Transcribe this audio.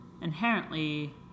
inherently